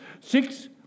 six